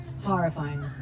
Horrifying